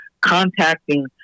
contacting